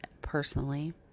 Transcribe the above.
personally